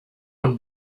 und